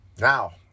Now